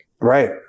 Right